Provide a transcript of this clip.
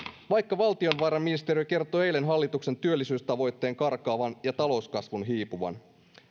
vaikka valtiovarainministeriö kertoi eilen hallituksen työllisyystavoitteen karkaavan ja talouskasvun hiipuvan